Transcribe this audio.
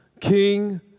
King